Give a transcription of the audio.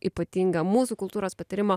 ypatingą mūsų kultūros patyrimą